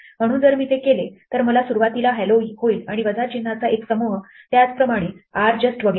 म्हणून जर मी ते केले तर मला सुरुवातीला hello होईल आणि वजा चिन्हाचा एक समूह त्याचप्रमाणे rjust वगैरे